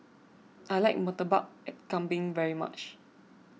I like Murtabak Kambing very much